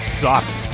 sucks